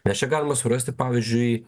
mes čia galime surasti pavyzdžiui